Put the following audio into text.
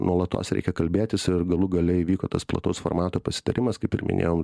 nuolatos reikia kalbėtis ir galų gale įvyko tas plataus formato pasitarimas kaip ir minėjau